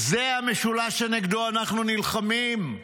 "זה המשולש שנגדו אנחנו נלחמים,